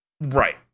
Right